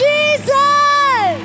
Jesus